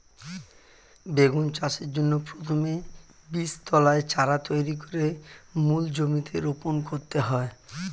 বেগুন চাষের জন্য প্রথমে বীজতলায় চারা তৈরি করে মূল জমিতে রোপণ করতে হয়